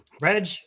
Reg